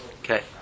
Okay